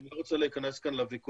אני לא רוצה להיכנס כאן על הוויכוח,